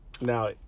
Now